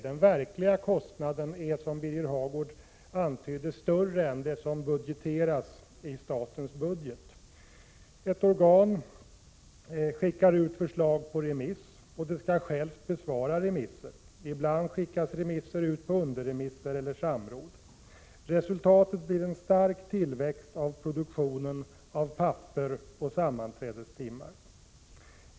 Den verkliga kostnaden är, som Birger Hagård antydde, större än det som budgeteras i statens budget. Ett organ skickar ut förslag på remiss och skall självt besvara remisser. Ibland skickas remisser ut på underremisser eller samråd. Resulta tet blir en stark tillväxt av produktionen av papper och sammanträdestimmar.